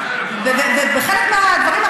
ובחלק מהדברים,